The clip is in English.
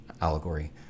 allegory